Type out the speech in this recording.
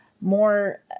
more